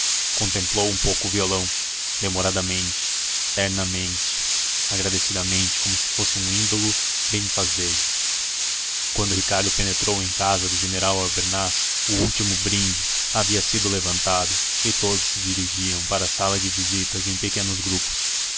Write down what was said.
contemplou um pouco o violão demoradamente ternamente agradecidamente como se fosse um ídolo benfazejo quando ricardo penetrou em casa do general albernaz o último brinde havia sido levantado e todos se dirigiam para a sala de visitas em pequenos grupos